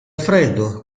freddo